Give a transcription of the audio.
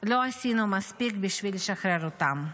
לא עשינו מספיק בשביל לשחרר אותם.